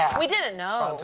we didn't know. and